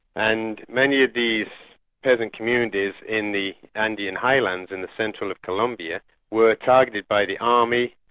and many of these peasant communities in the andean highlands in the centre and of colombia were targeted by the army,